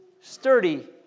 sturdy